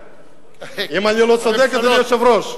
האם אני לא צודק, אדוני היושב-ראש?